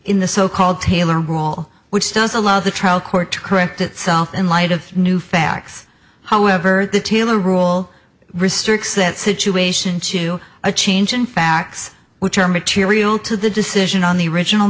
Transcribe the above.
in the so called taylor rule which does allow the trial court to correct itself in light of new facts however detail a rule restricts that situation to a change in facts which are material to the decision on the original